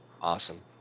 Awesome